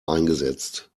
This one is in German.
eingesetzt